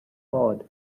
pod